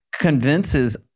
convinces